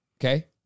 Okay